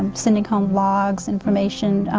sending home logs, information,